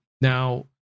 Now